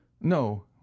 no